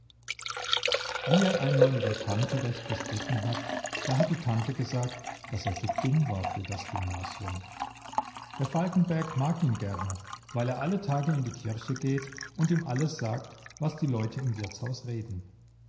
wie er einmal mit der tante recht gestritten hat da hat die tante gesagt daß er zu dumm war für das gymnasium der falkenberg mag ihn gerne weil er alle tage in die kirche geht und ihm alles sagt was die leute im wirtshaus reden